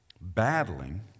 battling